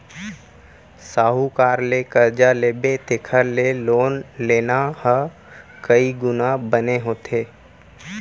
साहूकार ले करजा लेबे तेखर ले लोन लेना ह कइ गुना बने होथे